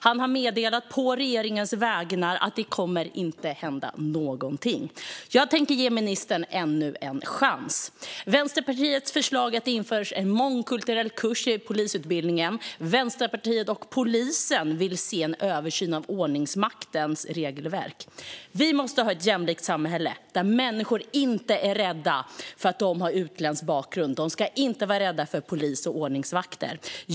Han har på regeringens vägnar meddelat att det inte kommer att hända någonting. Jag tänker ge ministern ännu en chans. Vänsterpartiets förslag är att det ska införas en mångkulturell kurs i polisutbildningen. Vänsterpartiet och polisen vill se en översyn av ordningsmaktens regelverk. Vi måste ha ett jämlikt samhälle där människor inte är rädda för att de har utländsk bakgrund. De ska inte vara rädda för polis och ordningsvakter.